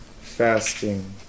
fasting